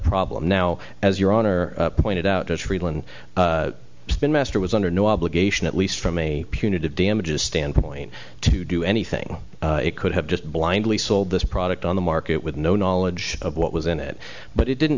problem now as your honor pointed out as friedland spinmaster was under no obligation at least from a punitive damages standpoint to do anything it could have just blindly sold this product on the market with no knowledge of what was in it but it didn't